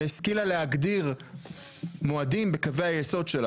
שהשכילה להגדיר מועדים בקווי היסוד שלה,